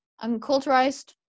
unculturized